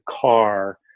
car